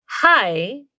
hi